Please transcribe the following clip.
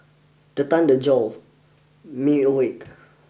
the thunder jolt me awake